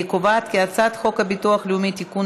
אני קובעת כי הצעת חוק הביטוח הלאומי (תיקון,